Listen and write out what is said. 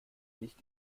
nicht